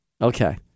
Okay